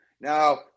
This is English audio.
Now